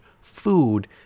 food